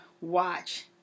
watch